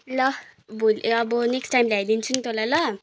ल भोलि अब नेक्स्ट टाइम ल्याइदिन्छु नि तँलाई ल